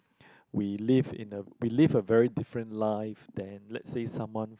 we live in a we live a very different life than let's say someone